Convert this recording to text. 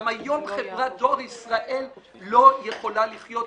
גם היום חברת דואר ישראל לא יכולה לחיות,